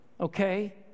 okay